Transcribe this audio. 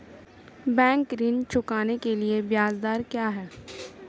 Bank ऋण चुकाने के लिए ब्याज दर क्या है?